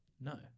No